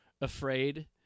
afraid